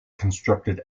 constructed